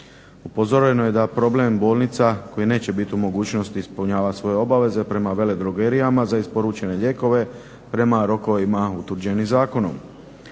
Upozoreno je da problem bolnica koji neće biti u mogućnosti ispunjavat svoje obaveze prema veledrogerijama za isporučene lijekove prema rokovima utvrđenih zakonom.